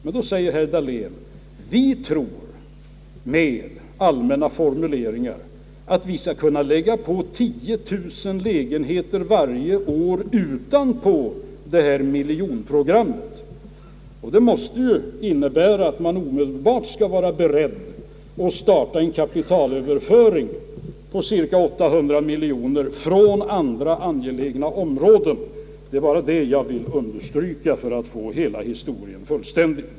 Men då säger herr Dahlén med allmänna formuleringar att han tror att vi skall kunna lägga på 10000 lägenheter varje år utanpå detta miljonprogram, Det måste ju innebära att man omedelbart skall vara beredd att starta en kapitalöverföring på cirka 800 miljoner kronor från andra angelägna områden. Det är bara det jag vill understryka för att få hela historien fullständig.